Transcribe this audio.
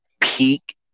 peak